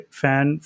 fan